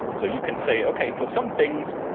so you can say, okay. for some things,